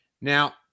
Now